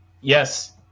Yes